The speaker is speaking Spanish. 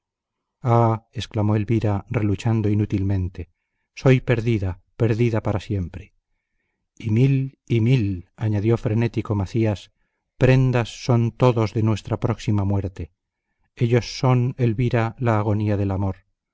exclamó elvira reluchando inútilmente soy perdida perdida para siempre y mil y mil añadió frenético macías prendas son todos de nuestra próxima muerte ellos son elvira la agonía del amor